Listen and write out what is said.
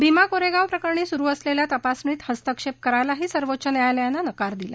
भीमा कोरेगाव प्रकरणी सुरु असलेल्या तपासणीत हस्तक्षेप करायलाही सर्वोच्च न्यायालयानं नकार दिला